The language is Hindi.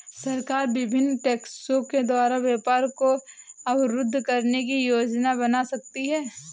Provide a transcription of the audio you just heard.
सरकार विभिन्न टैक्सों के द्वारा व्यापार को अवरुद्ध करने की योजना बना सकती है